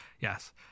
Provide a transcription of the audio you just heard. Yes